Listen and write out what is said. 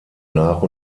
nach